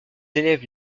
élèves